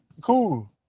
cool